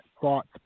thoughts